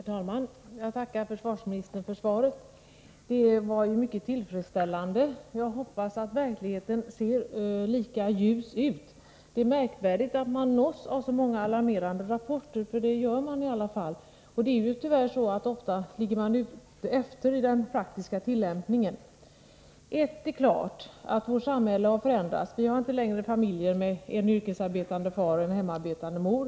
Herr talman! Jag tackar försvarsministern för svaret. Det var mycket tillfredsställande. Jag hoppas att verkligheten ser lika ljus ut. Det är märkvärdigt att vi i alla fall nås av så många alarmerande rapporter. Tyvärr ligger man ju ofta efter i den praktiska tillämpningen. Ett är klart: Vårt samhälle har förändrats! Vi har inte längre familjer med en yrkesarbetande far och en hemarbetande mor.